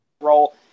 role